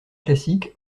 classiques